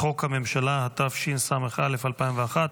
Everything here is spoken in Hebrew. לחוק הממשלה, התשס"א 2001,